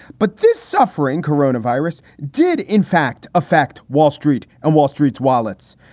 but this suffering corona virus did, in fact, affect wall street and wall street's wallets.